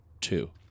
two